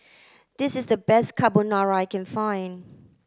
this is the best Carbonara I can find